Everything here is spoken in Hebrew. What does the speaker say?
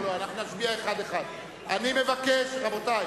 אני מבקש להניח לראש הממשלה,